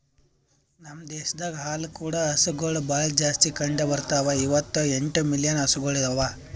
ನಮ್ ದೇಶದಾಗ್ ಹಾಲು ಕೂಡ ಹಸುಗೊಳ್ ಭಾಳ್ ಜಾಸ್ತಿ ಕಂಡ ಬರ್ತಾವ, ಐವತ್ತ ಎಂಟು ಮಿಲಿಯನ್ ಹಸುಗೊಳ್ ಅವಾ